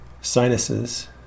sinuses